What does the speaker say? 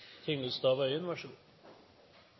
Tingelstad Wøien